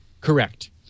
Correct